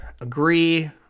agree